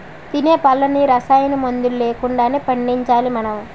తినే పళ్ళన్నీ రసాయనమందులు లేకుండానే పండించాలి మనం